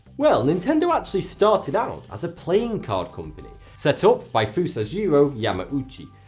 well nintendo actually started out as a playing card company, set so up by fusajiro yamauchi.